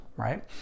Right